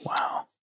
Wow